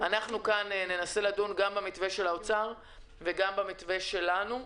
אנחנו כאן ננסה לדון גם במתווה של האוצר וגם במתווה שלנו.